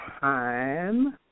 time